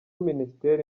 minisiteri